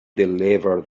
deliver